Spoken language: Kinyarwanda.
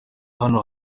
hano